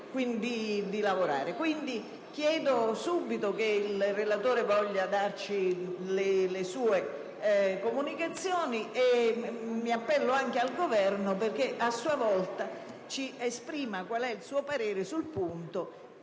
Quindi, chiedo subito che il relatore voglia darci le sue comunicazioni al riguardo. Mi appello al Governo perché a sua volta esprima il suo parere sul punto,